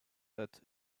that